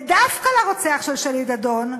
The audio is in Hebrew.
ודווקא לרוצח של שלי דדון,